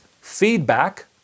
feedback